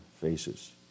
faces